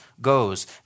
goes